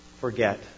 forget